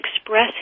express